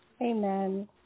Amen